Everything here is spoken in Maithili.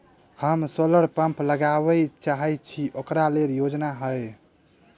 हम सोलर पम्प लगाबै चाहय छी ओकरा लेल योजना हय?